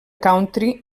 country